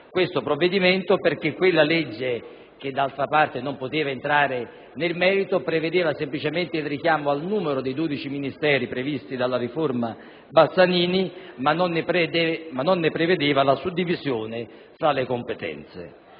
questo provvedimento, perché quella legge, che d'altra parte non poteva entrare nel merito, prevedeva semplicemente il richiamo al numero dei 12 Ministeri previsti dalla riforma Bassanini, ma non la suddivisione delle competenze.